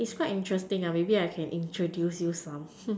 it's quite interesting ah maybe I can introduce you some